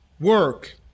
work